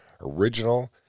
original